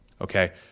Okay